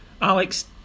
Alex